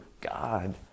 God